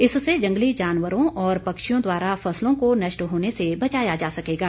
इससे जंगली जानवरों और पक्षियों द्वारा फसलों को नष्ट होने से बचाया जा सकेगा